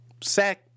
sack